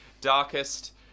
darkest